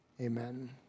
Amen